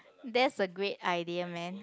that's a great idea man